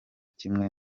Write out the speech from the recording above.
kimwe